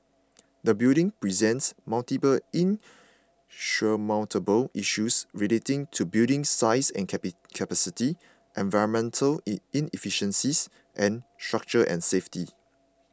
the building presents multiple insurmountable issues relating to building size and capacity environmental inefficiencies and structure and safety